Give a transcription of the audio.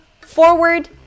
forward